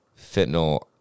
Fentanyl